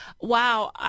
Wow